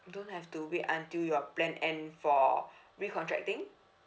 don't have to wait until your plan end for recontracting